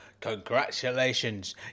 Congratulations